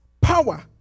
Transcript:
power